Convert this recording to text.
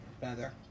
better